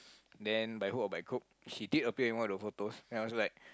then by hook or by crook she did appear in one of the photos then I was like